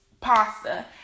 pasta